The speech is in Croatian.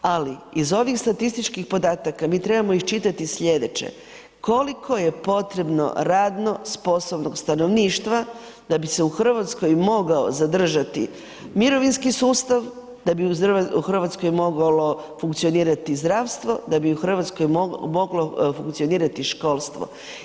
Ali iz ovih statističkih podataka mi trebamo iščitati sljedeće, koliko je potrebno radno sposobnog stanovništva da bi se u Hrvatskoj mogao zadržati mirovinski sustav, da bi u Hrvatskoj moglo funkcionirati zdravstvo, da bi u Hrvatskoj moglo funkcionirati školstvo.